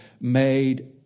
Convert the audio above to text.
made